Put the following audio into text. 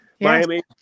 Miami